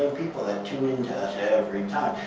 people that tune into us every time.